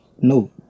No